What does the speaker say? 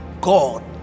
God